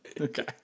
Okay